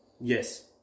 Yes